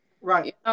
Right